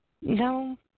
No